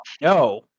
No